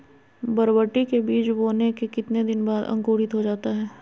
बरबटी के बीज बोने के कितने दिन बाद अंकुरित हो जाता है?